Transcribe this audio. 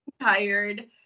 tired